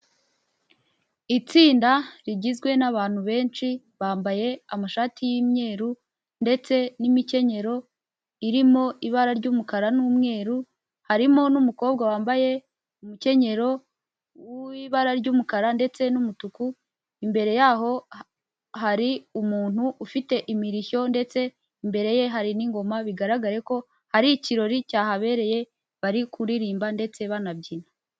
Itsinda rigizwe n'abantu benshi bambaye amashati y'imyeru ndetse n'imikenyero irimo ibara ry'umukara n'umweru, harimo n'umukobwa wambaye umukenyero w'ibara ry'umukara ndetse n'umutuku, imbere y'aho hari umuntu ufite imirishyo ndetse imbere ye hari n'ingoma bigaragare ko, ari ikirori cyahabereye bari kuririmba ndetse banabyina.